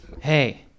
Hey